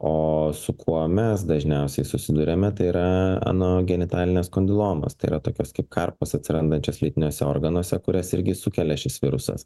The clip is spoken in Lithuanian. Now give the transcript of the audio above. o su kuo mes dažniausiai susiduriame tai yra anogenitalinės kondilomos tai yra tokios kaip karpos atsirandančios lytiniuose organuose kurias irgi sukelia šis virusas